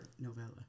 novella